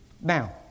Now